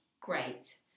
great